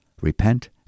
Repent